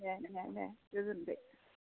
दे दे दे जागोन दे